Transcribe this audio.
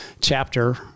chapter